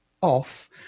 off